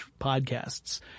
podcasts